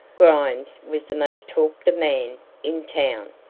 grimes was the most talked-of man in town.